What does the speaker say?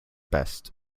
best